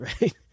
right